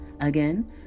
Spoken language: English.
Again